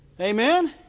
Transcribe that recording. Amen